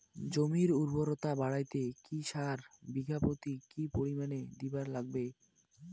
জমির উর্বরতা বাড়াইতে কি সার বিঘা প্রতি কি পরিমাণে দিবার লাগবে?